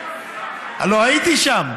הלוא הייתי שם.